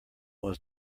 was